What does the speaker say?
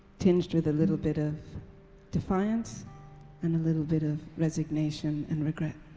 tinged with a little bit of defiance and a little bit of resignation and regret.